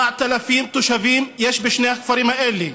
7,000 תושבים יש בשני הכפרים האלה,